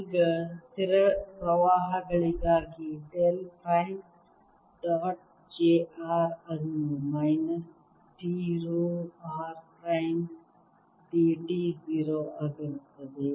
ಈಗ ಸ್ಥಿರ ಪ್ರವಾಹಗಳಿಗಾಗಿ del prime dot j r prime ಅದು minus d rho r prime d t 0 ಆಗಿರುತ್ತದೆ